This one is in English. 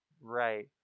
Right